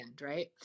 right